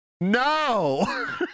no